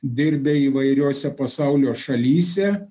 dirbę įvairiose pasaulio šalyse